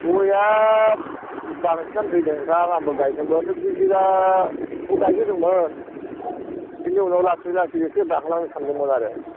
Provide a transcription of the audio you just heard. गयआ बांसिनानो थैदों दा आंबो गायदोंमोन दुइ बिघाखौ गायग्नोदोंमोन बेनि उनाव लासै लासै एसे बारलांनो सानदोंमोन आरो